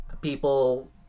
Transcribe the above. people